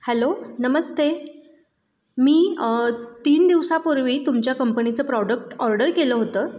hello नमस्ते मी तीन दिवसापूर्वी तुमच्या कंपनीचं प्रॉडक्ट ऑर्डर केलं होतं